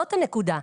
זאת הנקודה.